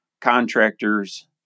contractors